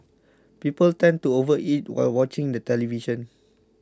people tend to overeat while watching the television